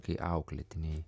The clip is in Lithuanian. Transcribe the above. kai auklėtiniai